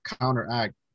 counteract